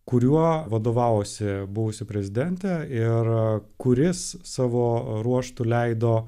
kuriuo vadovavosi buvusi prezidentė ir kuris savo ruožtu leido